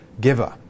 giver